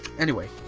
anyway.